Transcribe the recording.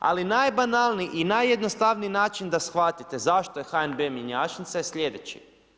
Ali najbanalniji i najjednostavniji način da shvatite zašto je HNB mjenjačnica je sljedeći.